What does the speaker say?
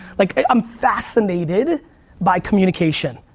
like i'm fascinated by communication.